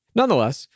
Nonetheless